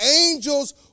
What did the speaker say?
Angels